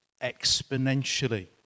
exponentially